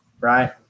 Right